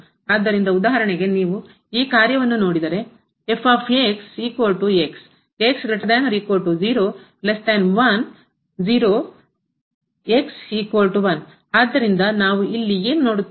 ಆದ್ದರಿಂದ ಉದಾಹರಣೆಗೆ ನೀವು ಈ ಕಾರ್ಯವನ್ನು ನೋಡಿದರೆ ಆದ್ದರಿಂದ ನಾವು ಇಲ್ಲಿ ಏನು ನೋಡುತ್ತೇವೆ